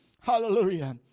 Hallelujah